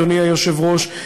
אדוני היושב-ראש,